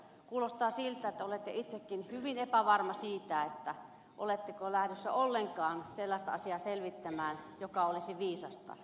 kuulostaa siltä että olette itsekin hyvin epävarma siitä oletteko lähdössä ollenkaan sellaista asiaa selvittämään joka olisi viisasta